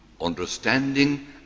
understanding